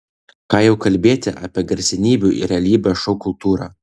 ką jau kalbėti apie garsenybių ir realybės šou kultūrą